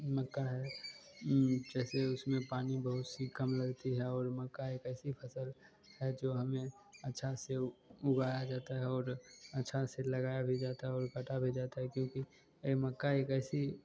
मक्का है जैसे उसमें पानी बहुत सी कम लगता है और मक्का एक ऐसी फ़सल है जो हमें अच्छा से उगाया जाता है और अच्छा से लगाया भी जाता है और काटा भी जाता है क्योंकि यह मक्का एक ऐसी